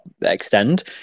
extend